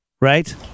Right